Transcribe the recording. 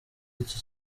iki